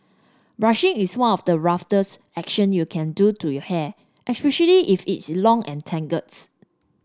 brushing is one of the roughest action you can do to your hair especially if its long and tangles